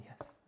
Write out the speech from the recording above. yes